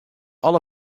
alle